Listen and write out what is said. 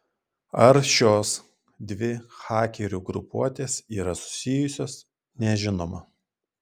ar šios dvi hakerių grupuotės yra susijusios nežinoma